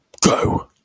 Go